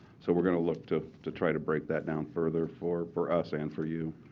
so we're going to look to to try to break that down further, for for us and for you.